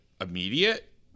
immediate